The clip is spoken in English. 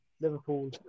Liverpool